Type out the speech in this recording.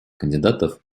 кандидатов